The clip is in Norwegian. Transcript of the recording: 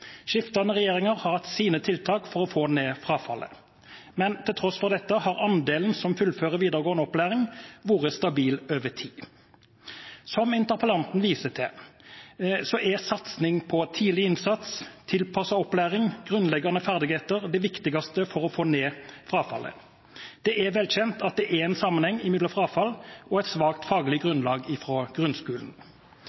regjeringer har hatt sine tiltak for å få ned frafallet. Men til tross for dette har andelen som fullfører videregående opplæring, vært stabil over tid. Som interpellanten viser til, er satsing på tidlig innsats, tilpasset opplæring og grunnleggende ferdigheter det viktigste for å få ned frafallet. Det er velkjent at det er en sammenheng mellom frafall og et svakt faglig grunnlag fra grunnskolen.